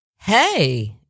Hey